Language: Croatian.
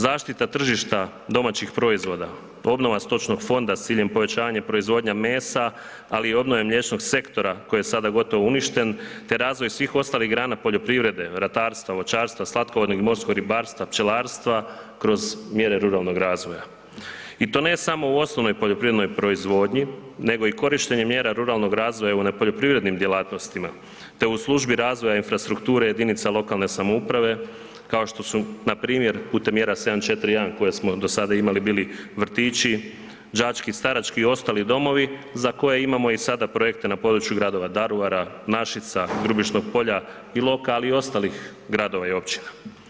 Zaštita tržišta domaćih proizvoda, obnova stočnog fonda s ciljem povećanja proizvodnje mesa, ali i obnove mliječnog sektora, koji je sad gotovo uništen te razvoj svih ostalih grana poljoprivrede, ratarstva, voćarstva, slatkovodnog i morskog ribarstva, pčelarstva, kroz mjere ruralnog razvoja i to ne samo u osnovnoj poljoprivrednoj proizvodnji nego i korištenje mjera ruralnog razvoja u nepoljoprivrednim djelatnostima te u službi razvoja infrastrukture jedinica lokalne samouprave kao što su npr. putem mjera 741 koje smo do sada imali, bili, vrtići, đački i starački i ostali domovi za koje imamo i sada projekte na području gradova Daruvara, Našica, Grubišnog Polja, Iloka, ali i ostalih gradova i općina.